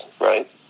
right